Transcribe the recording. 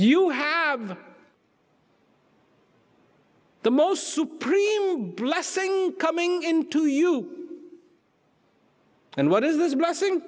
you have the most supremes blessing coming into you and what is this blessing